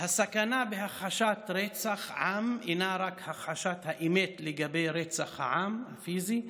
"הסכנה בהכחשת רצח עם אינה רק הכחשת האמת לגבי רצח העם הפיזי,